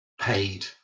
paid